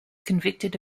convicted